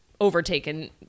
overtaken